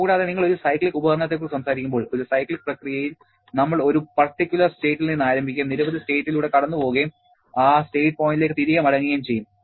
കൂടാതെ നിങ്ങൾ ഒരു സൈക്ലിക്ക് ഉപകരണത്തെക്കുറിച്ച് സംസാരിക്കുമ്പോൾ ഒരു സൈക്ലിക്ക് പ്രക്രിയയിൽ നമ്മൾ ഒരു പർട്ടിക്കുലർ സ്റ്റേറ്റിൽ നിന്ന് ആരംഭിക്കുകയും നിരവധി സ്റ്റേറ്റിലൂടെ കടന്നുപോകുകയും ആ സ്റ്റേറ്റ് പോയിന്റിലേക്ക് തിരികെ മടങ്ങുകയും ചെയ്യും